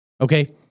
Okay